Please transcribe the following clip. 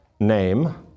name